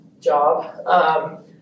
job